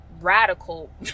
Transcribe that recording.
radical